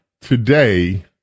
today